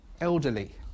elderly